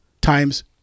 times